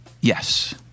yes